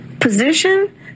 position